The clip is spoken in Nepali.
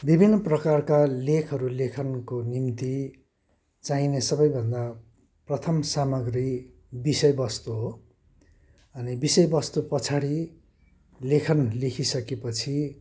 विभिन्न प्रकारका लेखहरू लेखनको निम्ति चाहिने सबैभन्दा प्रथम सामग्री विषय वस्तु हो अनि विषय वस्तु पछाडि लेखन लेखिसकेपछि